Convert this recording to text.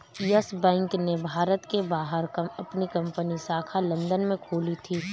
yes Bank ने भारत के बाहर अपनी पहली शाखा लंदन में खोली थी